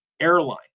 airline